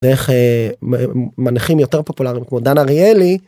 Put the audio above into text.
דרך מנחים יותר פופולריים כמו דן אריאלי.